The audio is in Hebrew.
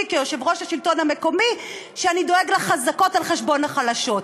כיושב-ראש מרכז השלטון המקומי שאני דואג לחזקות על חשבון החלשות.